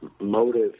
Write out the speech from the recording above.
motive